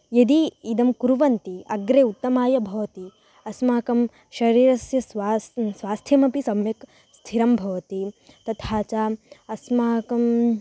यदि इदं कुर्वन्ति अग्रे उत्तमाय भवति अस्माकं शरीरस्य स्वास् स्वास्थ्यमपि सम्यक् स्थिरं भवति तथा च अस्माकं